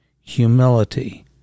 humility